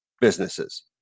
businesses